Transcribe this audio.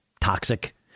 toxic